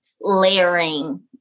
layering